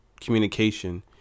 communication